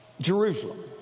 Jerusalem